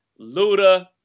Luda